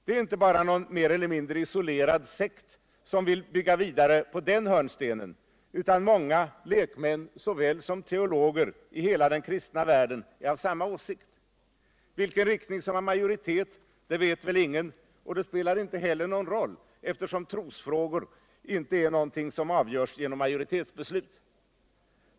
Det är inte bara någon mer eller mindre isolerad sekt som vill bygga vidare på den hörnstenen, utan många, lekmän såväl som teologer i hela den kristna världen, är av samma åsikt. Vilken riktning som har majoritet vet väl ingen, och det spelar inte heller någon roll, eftersom trosfrågor inte är något som avgörs genom majoritetsbeslut.